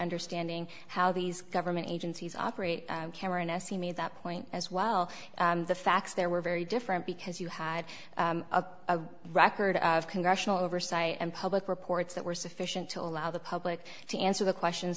understanding how these government agencies operate cameron as he made that point as well the facts there were very different because you had a record of congressional oversight and public reports that were sufficient to allow the public to answer the questions